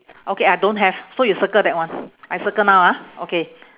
okay I don't have so you circle that one I circle now ah okay